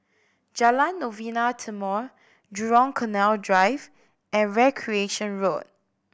Jalan Novena Timor Jurong Canal Drive and Recreation Road